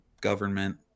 government